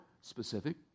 specific